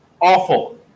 awful